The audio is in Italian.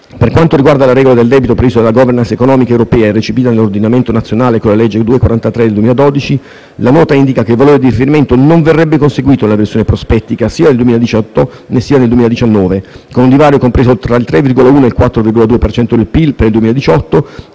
Per quanto riguarda la regola del debito prevista dalla *governance* economica europea e recepita nell'ordinamento nazionale con la legge n. 243 del 2012, la Nota indica che il valore di riferimento non verrebbe conseguito nella versione prospettica sia nel 2018, sia nel 2019, con un divario compreso tra il 3,1 e il 4,2 per cento del PIL per il 2018